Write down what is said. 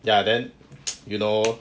ya then you know